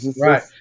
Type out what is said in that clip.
Right